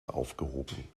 aufgehoben